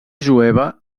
jueva